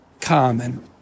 common